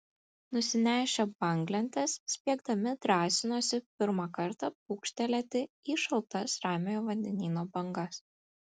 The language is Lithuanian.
nusinešę banglentes spiegdami drąsinosi pirmą kartą pūkštelėti į šaltas ramiojo vandenyno bangas